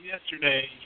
yesterday